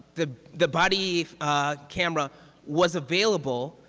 the the body ah camera was available,